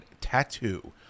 tattoo